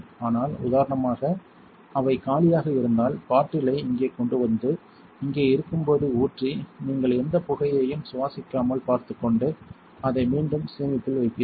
ஆனால் உதாரணமாக அவை காலியாக இருந்தால் பாட்டிலை இங்கே கொண்டு வந்து இங்கே இருக்கும் போது ஊற்றி நீங்கள் எந்தப் புகையையும் சுவாசிக்காமல் பார்த்துக் கொண்டு அதை மீண்டும் சேமிப்பில் வைப்பீர்கள்